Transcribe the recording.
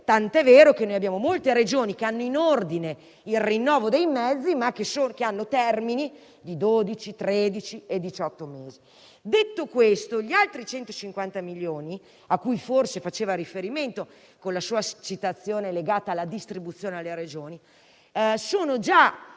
Tant'è vero che abbiamo molte Regioni che hanno in ordine il rinnovo dei mezzi, ma con termini di dodici, tredici e diciotto mesi. Detto questo, gli altri 150 milioni - a cui forse faceva riferimento con la sua citazione legata alla distribuzione alle Regioni - con il